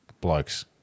blokes